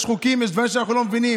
יש חוקים, יש דברים שאנחנו לא מבינים.